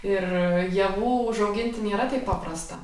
ir javų užauginti nėra taip paprasta